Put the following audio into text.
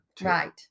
Right